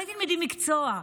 אולי תלמדי מקצוע.